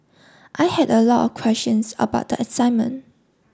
I had a lot of questions about the assignment